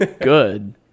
good